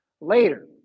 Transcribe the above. later